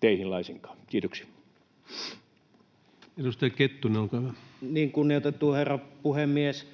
täydentämisestä Time: 17:12 Content: Kunnioitettu herra puhemies!